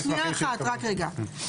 שנייה אחת, רק רגע.